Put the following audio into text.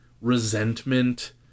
resentment